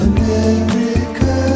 America